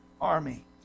army